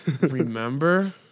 remember